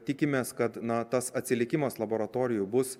tikimės kad na tas atsilikimas laboratorijų bus